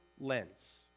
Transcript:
lens